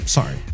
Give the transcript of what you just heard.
Sorry